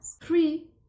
Three